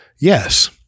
Yes